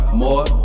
more